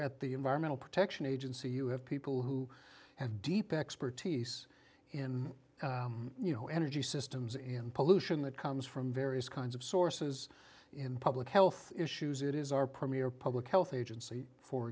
at the environmental protection agency you have people who have deep expertise in you know energy systems in pollution that comes from various kinds of sources in public health issues it is our premier public health agency for